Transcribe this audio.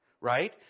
right